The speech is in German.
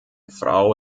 frau